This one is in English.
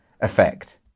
effect